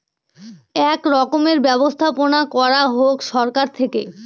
এক রকমের ব্যবস্থাপনা করা হোক সরকার থেকে